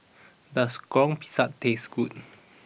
does Goreng Pisang taste good